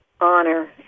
honor